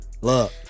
Look